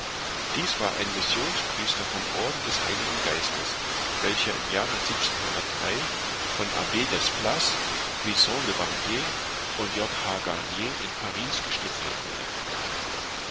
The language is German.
dies war ein missionspriester vom orden des heiligen geistes welcher im jahre von abb desplaces vincent le barbier und j h garnier in paris gestiftet wurde